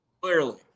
clearly